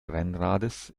rennrades